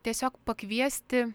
tiesiog pakviesti